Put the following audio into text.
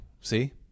see